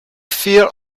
fear